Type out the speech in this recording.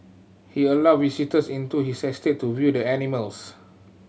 he allowed visitors into his estate to view the animals